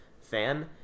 fan